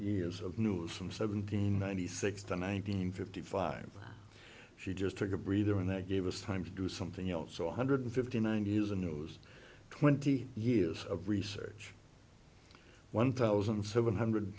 years of news from seventeen ninety six to nineteen fifty five she just took a breather and that gave us time to do something else so one hundred fifty nine years and knows twenty years of research one thousand seven hundred